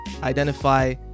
identify